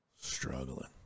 Struggling